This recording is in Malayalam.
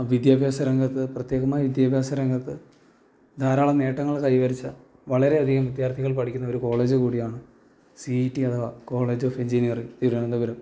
വിദ്യാഭ്യാസ രംഗത്ത് പ്രത്യേകമായി വിദ്യാഭ്യാസ രംഗത്ത് ധാരാളം നേട്ടങ്ങൾ കൈവരിച്ച വളരെ അധികം വിദ്യാർത്ഥികൾ പഠിക്കുന്ന ഒരു കോളേജ് കൂടിയാണ് സി ഇ ടി അഥവാ കോളേജ് ഓഫ് എഞ്ചിനിയറിങ് തിരുവനന്തപുരം